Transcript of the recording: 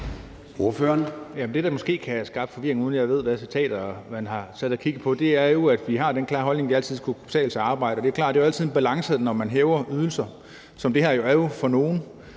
Det, der måske kan have skabt forvirring, uden at jeg ved, hvilke citater man har siddet og kigget på, er jo, at vi har den klare holdning, at det altid skal kunne betale sig at arbejde. Det er klart, at det altid er en balance, når man hæver ydelser, hvad man jo her gør for nogle.